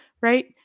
right